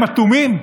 הם אטומים?